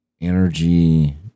energy